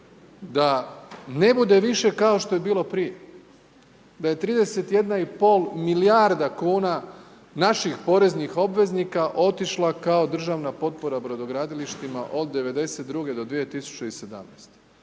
da ne bude više kao što je bilo prije, da je 31,5 milijarda kn, naših poreznih obveznika otišla kao državna potpora brodogradilištima od '92.-2017.